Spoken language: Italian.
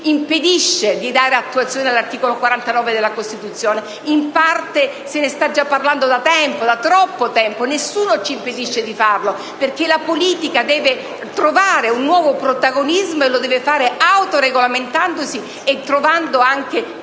impedisce di dare attuazione all'articolo 49 della Costituzione, cosa di cui in parte si sta già parlando da troppo tempo? Nessuno ci impedisce di farlo, perché la politica deve trovare un nuovo protagonismo, e lo deve fare autoregolamentandosi e varando anche